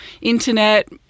internet